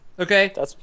Okay